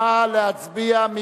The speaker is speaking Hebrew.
נא להצביע.